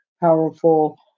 powerful